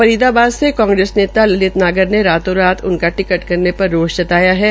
फरीदाबाद से कांग्रेस नेता ललित नागर ने रातो रात उनका टिकट कटने पर रोष जतायाहै